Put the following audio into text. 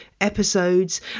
episodes